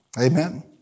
Amen